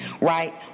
right